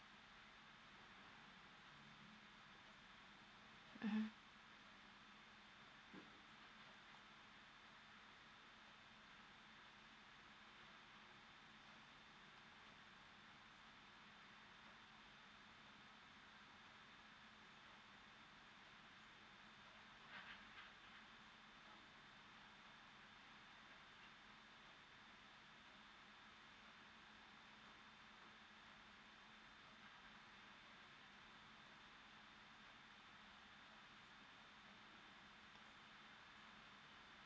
mmhmm